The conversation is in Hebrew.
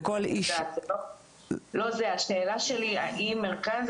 לכל איש --- השאלה שלי היא האם המרכז